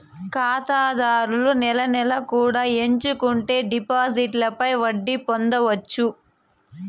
ఖాతాదారులు నెల నెలా కూడా ఎంచుకుంటే డిపాజిట్లపై వడ్డీ పొందొచ్చు